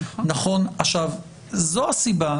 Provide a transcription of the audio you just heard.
זאת הסיבה,